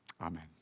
Amen